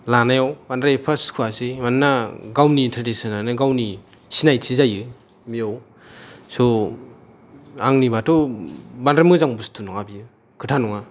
लानायाव बांद्राय एफा सुखुवासै मानोना गावनि त्रेदिस्नानो गावनि सिनायथि जायो बेव स' आंनिबाथ' बांद्राय मोजां बुसथु नङा बियो खोथा नङा